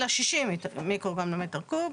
אלא 60 מיקרוגרם למטר קוב.